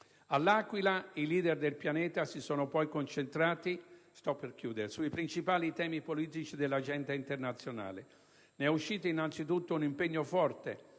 A L'Aquila i *leader* del pianeta si sono poi concentrati sui principali temi politici dell'Agenda internazionale. Ne è uscito innanzi tutto un impegno forte